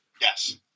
Yes